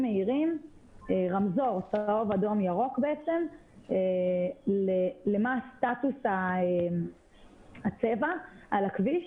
מהירים רמזור צהוב-אדום-ירוק למה סטטוס הצבע על הכביש.